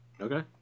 Okay